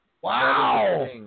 Wow